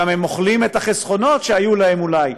בדרך הם גם אוכלים את החסכונות שהיו להם אולי,